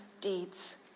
deeds